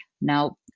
Now